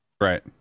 Right